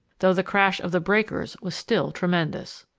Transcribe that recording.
though the crash of the breakers was still tremendous.